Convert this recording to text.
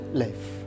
life